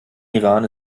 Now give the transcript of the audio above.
iran